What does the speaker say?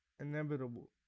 inevitable